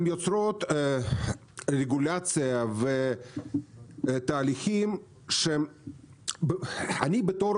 הן יוצרות רגולציה ותהליכים שאני בתור